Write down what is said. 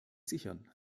sichern